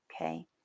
okay